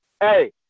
Hey